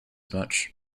much